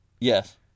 Yes